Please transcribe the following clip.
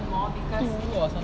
two or something